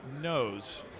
knows